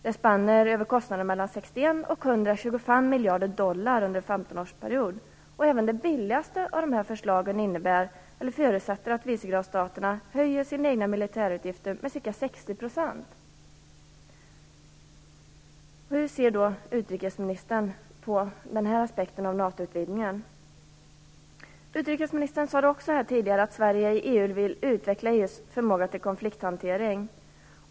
Det spänner över kostnader mellan 61 och 125 miljarder dollar under en 15-årsperiod. Även det billigaste av dessa förslag förutsätter att vicegradsstaterna höjer sina egna militärutgifter med ca 60 %. Hur ser utrikesministern på den aspekten av NATO utvidgningen? Utrikesministern sade tidigare att Sverige i EU vill utveckla EU:s förmåga till konflikthantering.